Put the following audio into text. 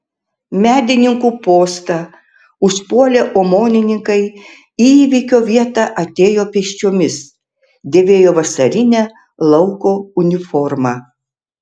medininkų postą užpuolę omonininkai į įvykio vietą atėjo pėsčiomis dėvėjo vasarinę lauko uniformą